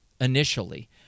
initially